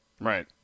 Right